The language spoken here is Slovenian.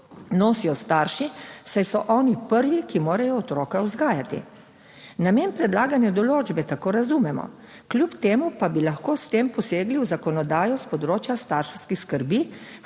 nosijo starši, saj so oni prvi, ki morajo otroka vzgajati. Namen predlagane določbe tako razumemo, kljub temu pa bi lahko s tem posegli v zakonodajo s področja starševskih skrbi,